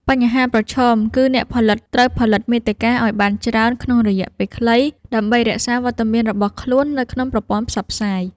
បញ្ហាប្រឈមគឺអ្នកផលិតត្រូវផលិតមាតិកាឱ្យបានច្រើនក្នុងរយៈពេលខ្លី ដើម្បីរក្សាវត្តមានរបស់ខ្លួននៅក្នុងប្រព័ន្ធផ្សព្វផ្សាយ។